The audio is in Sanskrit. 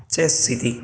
चेस् इति